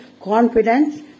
confidence